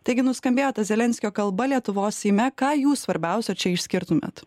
taigi nuskambėjo ta zelenskio kalba lietuvos seime ką jūs svarbiausio čia išskirtumėt